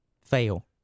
Fail